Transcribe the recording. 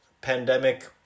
pandemic